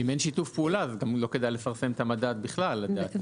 אם אין שיתוף פעולה אז גם לא כדאי לפרסם את המדד בכלל לדעתי.